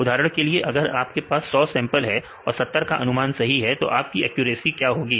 उदाहरण के लिए अगर आपके पास 100 सैंपल है और 70 का अनुमान सही है तो आपकी एक्यूरेसी क्या होगी